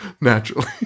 Naturally